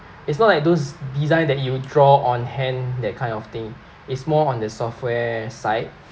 it's not like those design that you'll draw on hand that kind of thing it's more on the software side